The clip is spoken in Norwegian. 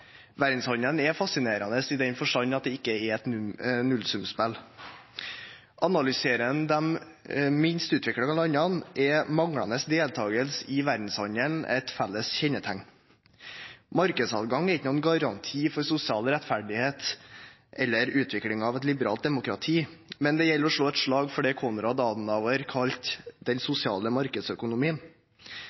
Verdenshandelen er fascinerende i den forstand at det ikke er et nullsumspill. Analyserer en de minst utviklede landene, er manglende deltagelse i verdenshandelen et felles kjennetegn. Markedsadgang er ikke noen garanti for sosial rettferdighet eller utvikling av et liberalt demokrati, men det gjelder å slå et slag for det Konrad Adenauer kalte den sosiale markedsøkonomien.